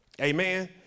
Amen